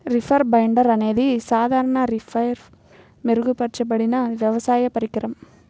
reaper binder అనేది సాధారణ రీపర్పై మెరుగుపరచబడిన వ్యవసాయ పరికరం